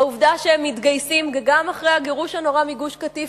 בעובדה שהם מתגייסים גם אחרי הגירוש הנורא מגוש-קטיף,